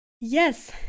Yes